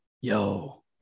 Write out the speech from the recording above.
Yo